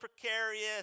precarious